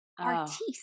artiste